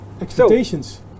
Expectations